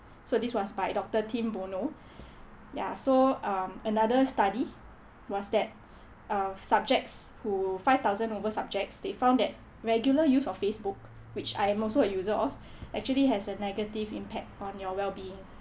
so this was by doctor tim bonner ya so um another study was that uh subjects who five thousand over subjects they found that regular use of facebook which I'm also a user of actually has a negative impact on your well being